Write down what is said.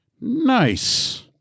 Nice